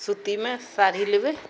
सुतीमे साड़ी लेबै